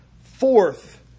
Fourth